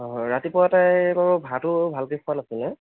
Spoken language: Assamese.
অ হয় ৰাতিপুৱা তাই বাৰু ভাতো ভালকৈ খোৱা নাছিলে